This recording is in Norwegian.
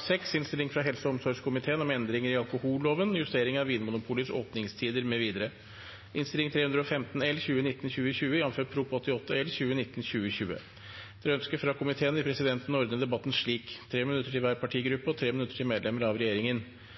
Etter ønske fra helse- og omsorgskomiteen vil presidenten ordne debatten slik: 3 minutter til hver partigruppe og 3 minutter til medlemmer av regjeringen. Videre vil det – innenfor den fordelte taletid – bli gitt anledning til inntil seks replikker med svar etter innlegg fra